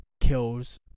kills